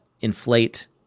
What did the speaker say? inflate